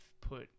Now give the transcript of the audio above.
put